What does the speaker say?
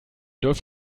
dürft